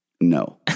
No